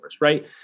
right